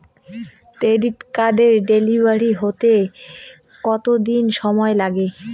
Credit কার্ডের delivery হতে কতদিন সময় লাগে?